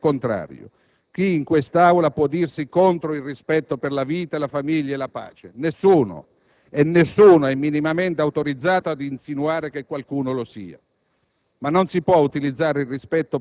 Chi in questa Aula può essere contrario? Chi in quest'Aula può dirsi contro il rispetto per la vita, la famiglia, la pace? Nessuno, e nessuno è minimamente autorizzato ad insinuare che qualcuno lo sia.